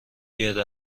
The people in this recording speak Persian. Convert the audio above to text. گرد